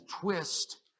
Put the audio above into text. twist